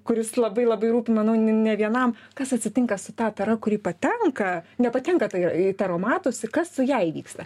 kuris labai labai rūpi manau ne vienam kas atsitinka su ta tara kuri patenka nepatenka į taromatus kas su ja įvyksta